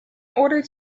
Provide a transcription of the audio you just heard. order